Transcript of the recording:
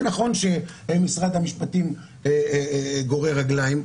זה נכון שמשרד המשפטים גורר רגליים,